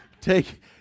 take